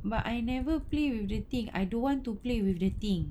but I never play with the thing I don't want to play with the thing